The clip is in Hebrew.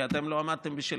כי אתם לא עמדתם בשלכם.